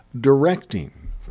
directing